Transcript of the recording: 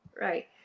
Right